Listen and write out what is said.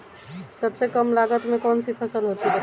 सबसे कम लागत में कौन सी फसल होती है बताएँ?